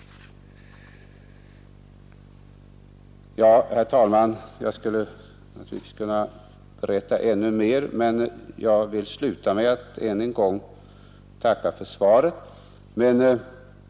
Jag skulle naturligtvis kunna berätta änriu timer, men jag vill sluta mitt anförande med att än en gång tacka för svaret.